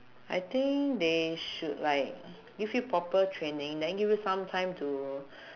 I think they should like give you proper training then give you some time to